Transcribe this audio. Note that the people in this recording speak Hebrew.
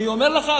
אני אומר לך,